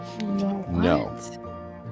No